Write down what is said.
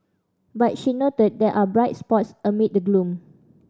but she noted there are bright spots amid the gloom